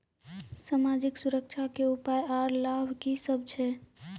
समाजिक सुरक्षा के उपाय आर लाभ की सभ छै?